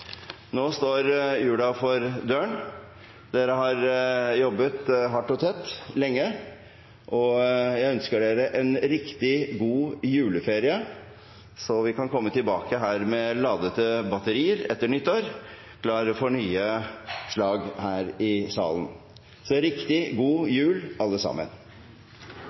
Nå står julen for døren. Dere har jobbet hardt og tett lenge, og jeg ønsker dere en riktig god juleferie. Så kan vi komme tilbake hit med ladde batterier etter nyttår, klare for nye slag her i salen. En riktig god jul, alle sammen!